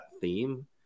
theme